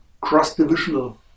cross-divisional